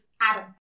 Adam